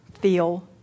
feel